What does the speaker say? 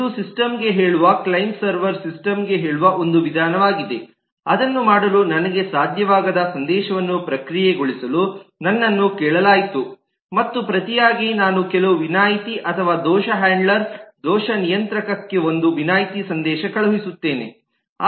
ಇದು ಸಿಸ್ಟಂ ಗೆ ಹೇಳುವ ಕ್ಲೈಂಟ್ ಸರ್ವರ್ ಸಿಸ್ಟಂ ಗೆ ಹೇಳುವ ಒಂದು ವಿಧವಾಗಿದೆ ಅದನ್ನು ಮಾಡಲು ನನಗೆ ಸಾಧ್ಯವಾಗದ ಸಂದೇಶವನ್ನು ಪ್ರಕ್ರಿಯೆಗೊಳಿಸಲು ನನ್ನನ್ನು ಕೇಳಲಾಯಿತು ಮತ್ತು ಪ್ರತಿಯಾಗಿ ನಾನು ಕೆಲವು ವಿನಾಯಿತಿ ಅಥವಾ ದೋಷ ಹ್ಯಾಂಡ್ಲರ್ ದೋಷ ನಿಯಂತ್ರಕಕ್ಕೆ ಒಂದು ವಿನಾಯಿತಿ ಸಂದೇಶವನ್ನು ಕಳುಹಿಸುತ್ತೇನೆ